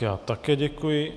Já také děkuji.